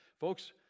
Folks